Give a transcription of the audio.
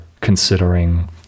considering